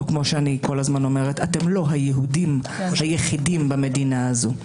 או כמו שאני כל הזמן אומרת: אתם לא היהודים היחידים במדינה הזו.